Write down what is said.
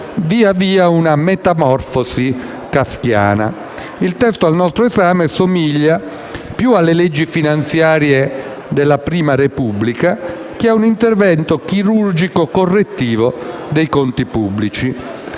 via via una metamorfosi kafkiana. Il testo al nostro esame somiglia più alle leggi finanziarie della prima Repubblica che a un intervento chirurgico correttivo dei conti pubblici.